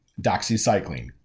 doxycycline